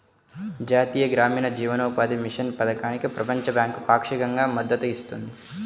జాతీయ గ్రామీణ జీవనోపాధి మిషన్ పథకానికి ప్రపంచ బ్యాంకు పాక్షికంగా మద్దతు ఇస్తుంది